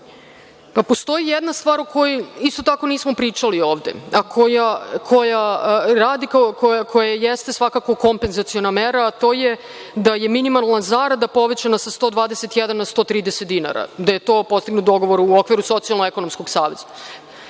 Postoji jedna stvar o kojoj isto tako nismo pričali ovde, a koja jeste svakako kompenzaciona mera, a to je da je minimalna zarada povećana sa 121 na 130 dinara i da je postignut dogovor u okviru Socijalno-ekonomskog saveta.